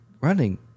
running